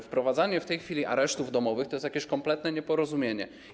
Wprowadzanie w tej chwili aresztów domowych to jest jakieś kompletne nieporozumienie.